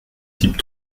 type